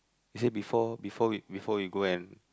he say before before we before we go and